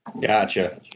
Gotcha